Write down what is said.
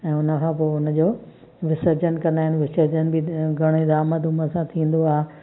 ऐं उन खां पोइ उन जो विसर्जन कंदा आहिनि विसर्जन बि घणे धाम धूम सां थींदो आहे